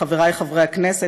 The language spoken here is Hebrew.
"חברי חברי הכנסת,